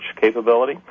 capability